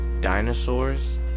dinosaurs